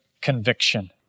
conviction